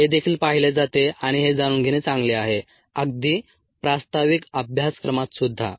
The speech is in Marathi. हे देखील पाहिले जाते आणि हे जाणून घेणे चांगले आहे अगदी प्रास्ताविक अभ्यासक्रमातसुद्धा